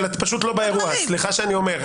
את פשוט לא באירוע, סליחה שאני אומר.